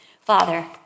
Father